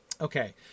okay